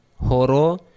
Horo